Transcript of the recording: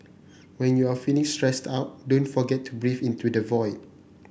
when you are feeling stressed out don't forget to breathe into the void